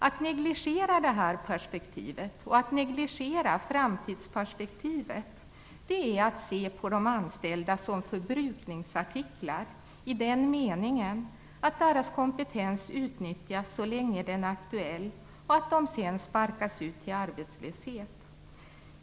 Att negligera det här perspektivet och att negligera framtidsperspektivet är att se på de anställda som förbrukningsartiklar, i den meningen att deras kompetens utnyttjas så länge den är aktuell och att de sedan sparkas ut i arbetslöshet.